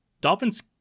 dolphins